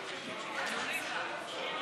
נתקבל.